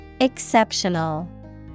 Exceptional